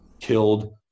killed